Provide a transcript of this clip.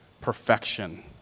perfection